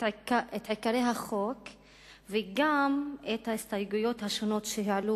את עיקרי החוק וגם את ההסתייגויות השונות שעלו